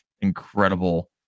incredible